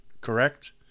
correct